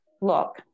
look